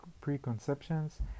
preconceptions